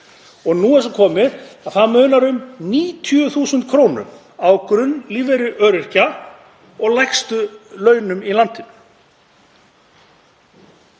Nú er svo komið að það munar um 90.000 kr. á grunnlífeyri öryrkja og lægstu launum í landinu.